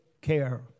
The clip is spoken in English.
care